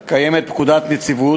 כך קיימת פקודת הנציבות,